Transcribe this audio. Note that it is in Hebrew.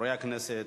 חברי הכנסת,